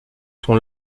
sont